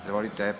Izvolite.